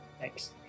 thanks